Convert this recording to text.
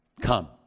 Come